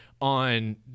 on